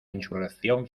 insurrección